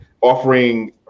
offering